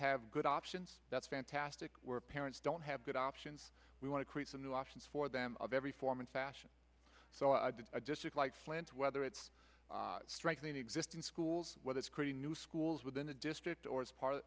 have good options that's fantastic where parents don't have good options we want to create some new options for them of every form and fashion so i did just like plants whether it's strengthening existing schools whether it's creating new schools within the district or as part of